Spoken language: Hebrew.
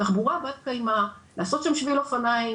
תחבורה בת קיימא, לעשות שם שביל אופניים.